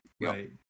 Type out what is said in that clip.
Right